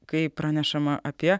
kai pranešama apie